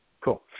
cool